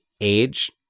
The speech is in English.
age